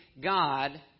God